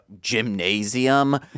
gymnasium